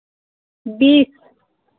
बीस